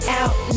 out